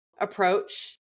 approach